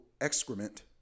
excrement